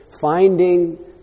finding